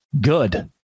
Good